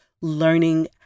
learning